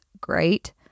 great